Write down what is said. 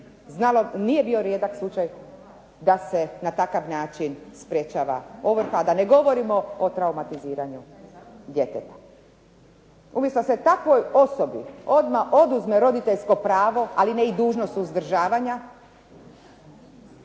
znalo, nije bio rijedak slučaj da se na takav način sprječava ovrha, da ne govorimo o traumatiziranju djeteta. Umjesto da se takvoj osobi odmah oduzme roditeljsko pravo, ali ne i dužnost uzdržavanja.